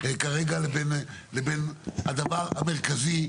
כרגע לבין הדבר המרכזי.